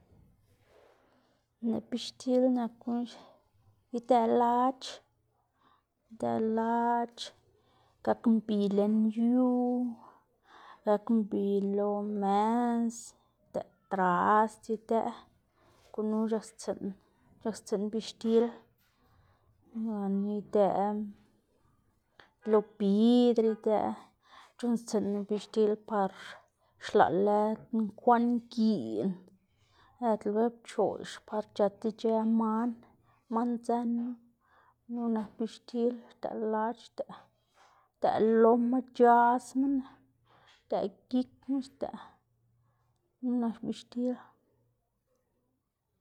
lëꞌ bixtil nak guꞌn idëꞌ lac̲h̲, idëꞌ lac̲h̲ gak mbi lën yu, gak mbi lo mes, idëꞌ trasd idëꞌ gunu c̲h̲akstsiꞌn c̲h̲akstsiꞌn bixtil gana idëꞌ lo bidr idëꞌ c̲h̲uꞌnnstsiꞌnma bixtil par xlaꞌl lëd nkwaꞌn giꞌn, lëd lbë pchoꞌx par chët ic̲h̲ë man, man dzënma gunu nak bixtil xdëꞌ lac̲h̲ xdëꞌ, xdëꞌ loma, c̲h̲asmana, xdëꞌ gikma xdëꞌ. Gunu nak bixtil.